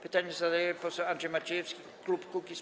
Pytanie zadaje poseł Andrzej Maciejewski, klub Kukiz’15.